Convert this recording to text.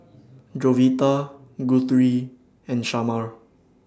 Jovita Guthrie and Shamar